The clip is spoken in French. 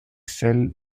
celles